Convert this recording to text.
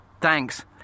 Thanks